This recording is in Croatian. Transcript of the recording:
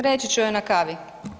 Reći ću joj na kavi.